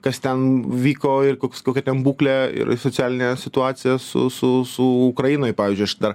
kas ten vyko ir koks kokia ten būklė ir socialinė situacija su su su ukrainoj pavyzdžiui aš dar